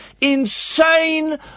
insane